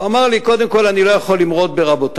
אמר לי: קודם כול, אני לא יכול למרוד ברבותי.